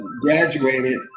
graduated